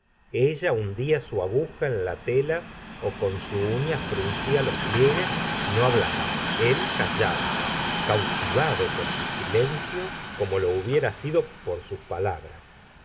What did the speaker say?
ella hundia su aguja en la tela ó con su uña fruncia los pliegues y no hablaba él callaba cautivado por su silencio como lo hubiera sido por sus palabras